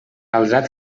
caldrà